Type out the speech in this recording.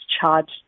charged